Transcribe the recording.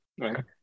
right